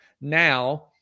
Now